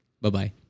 Bye-bye